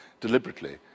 deliberately